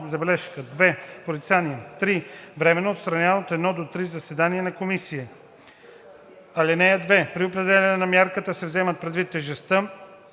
забележка; 2. порицание; 3. временно отстраняване от едно до три заседания на комисия. (2) При определяне на мярката се вземат предвид тежестта